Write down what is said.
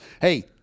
Hey